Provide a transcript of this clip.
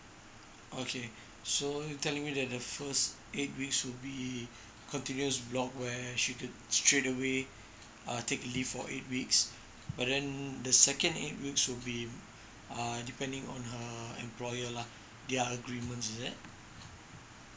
okay so you're telling me that the first eight weeks will be continuous block where she could straight away uh take leave for eight weeks but then the second eight weeks will be err depending on her employer lah their agreements is it